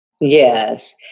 Yes